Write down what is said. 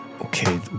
okay